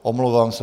Omlouvám se.